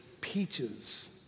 peaches